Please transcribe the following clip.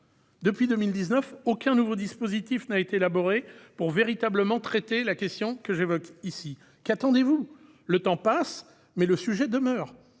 cette date, aucun nouveau dispositif n'a été élaboré pour véritablement traiter la question que j'évoque ici. Qu'attendez-vous ? Le temps passe, mais le sujet demeure.